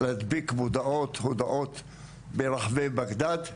להדביק מודעות ברחבי בגדד,